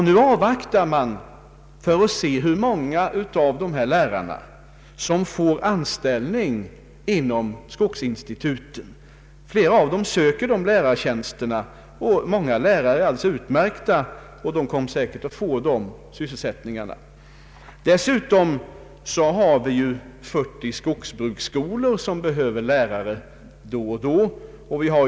Nu avvaktar arbetsgruppen för att se hur många av dessa lärare som får anställning vid skogsinstituten. Flera av lärarna söker dessa lärartjänster. Många lärare är välmeriterade och kommer säkert att få sökta tjänster. Dessutom finns 40 skogsbruksskolor som då och då behöver lärare.